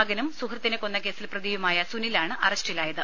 മകനും സുഹൃത്തിനെ കൊന്നകേസിൽ പ്രതിയുമായ സുനിലാണ് അറസ്റ്റിലായത്